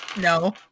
No